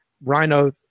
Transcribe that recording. Rhino